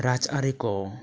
ᱨᱟᱡᱽ ᱟᱹᱨᱤ ᱠᱚ